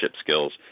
skills